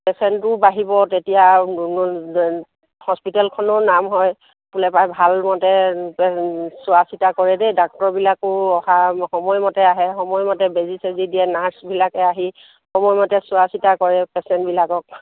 পেচেণ্টটো বাঢ়িব তেতিয়া হস্পিটেলখো নাম হয় বোলে পায় ভাল মতে সিহঁতে চোৱা চিতা কৰে দেই ডাক্টৰবিলাকো অহা সময়মতে আহে সময়মতে বেজী চেজী দিয়ে নাৰ্ছবিলাকে আহি সময়মতে চোৱা চিতা কৰে পেচেণ্টবিলাকক